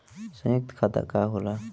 सयुक्त खाता का होला?